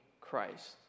Christ